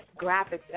Graphics